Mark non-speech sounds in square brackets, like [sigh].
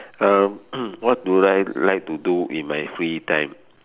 uh [coughs] what do I like to do in my free time